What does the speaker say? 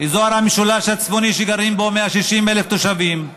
אזור המשולש הצפוני, שגרים בו 160,000 תושבים,